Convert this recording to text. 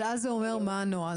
אבל אז זה אומר מה הנוהל?